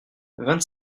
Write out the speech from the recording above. vingt